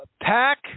pack